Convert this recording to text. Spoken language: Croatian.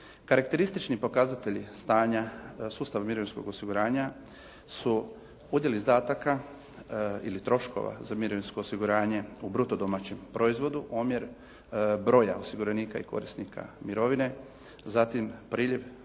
Karakteristični pokazatelji stanja sustava mirovinskog osiguranja su udjel izdataka ili troškova za mirovinsko osiguranje u bruto domaćem proizvodu, omjer broja osiguranika i korisnika mirovine, zatim priljev